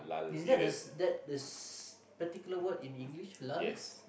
is that the is that this particular word in english lah